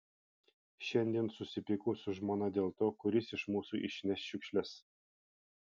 šiandien susipykau su žmona dėl to kuris iš mūsų išneš šiukšles